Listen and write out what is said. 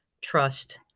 trust